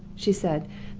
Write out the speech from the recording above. she said,